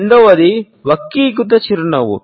రెండవది వక్రీకృత చిరునవ్వు